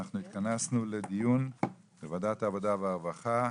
אנחנו התכנסנו לדיון בוועדת העבודה והרווחה.